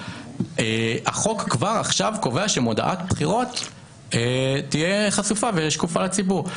13:15) החוק כבר עכשיו קובע שמודעת בחירות תהיה חשופה ושקופה לציבור.